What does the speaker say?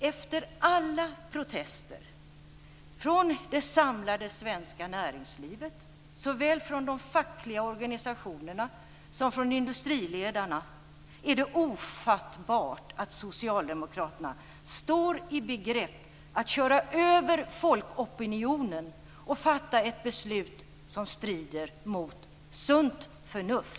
Efter alla protester från det samlade svenska näringslivet, såväl från de fackliga organisationerna som från industriledarna, är det ofattbart att Socialdemokraterna står i begrepp att köra över folkopinionen och fatta ett beslut som strider mot sunt förnuft.